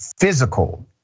physical